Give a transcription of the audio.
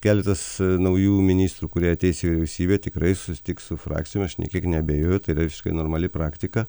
keletas naujų ministrų kurie ateis į vyriausybę tikrai susitiks su frakcijom aš nė kiek neabejoju tai yra visiškai normali praktika